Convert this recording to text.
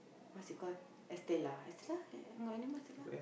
what's it called estella estella got any more estella